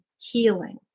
healing